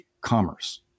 commerce